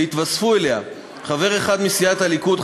ויתווספו אליה חבר אחד מסיעת הליכוד,